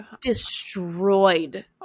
Destroyed